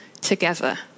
together